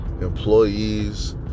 employees